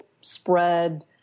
spread